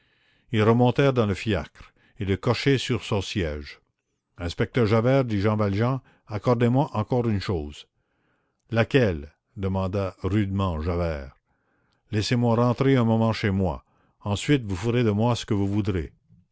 ils remontèrent dans le fiacre et le cocher sur son siège inspecteur javert dit jean valjean accordez-moi encore une chose laquelle demanda rudement javert laissez-moi rentrer un moment chez moi ensuite vous ferez de moi ce que vous voudrez